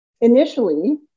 initially